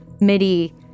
MIDI